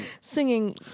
Singing